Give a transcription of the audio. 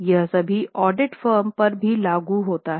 यह सभी audit firm पर भी लागू होता है